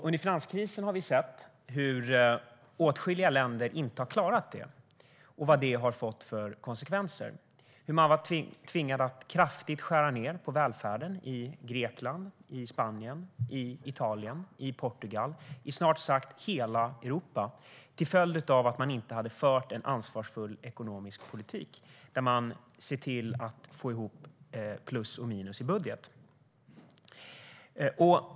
Under finanskrisen såg vi hur åtskilliga länder inte klarade detta och vilka konsekvenser det fick. Vi såg hur man tvingades att kraftigt skära ned på välfärden i Grekland, Spanien, Italien, Portugal och i snart sagt hela Europa till följd av att man inte hade fört en ansvarsfull ekonomisk politik där man sett till att få ihop plus och minus i budgeten.